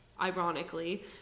ironically